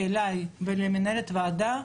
אלי ולמנהלת הוועדה,